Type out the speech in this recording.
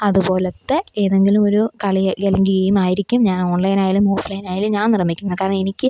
അതുപോലത്തെ ഏതെങ്കിലും ഒരു കളി അല്ലെ ഗെയിമായിരിക്കും ഞാനോൺലൈനായാലും ഓഫ്ലൈനായാലും ഞാന് നിർമ്മിക്കുന്നെ കാരണം എനിക്ക്